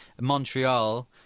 Montreal